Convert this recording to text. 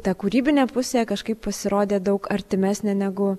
ta kūrybinė pusė kažkaip pasirodė daug artimesnė negu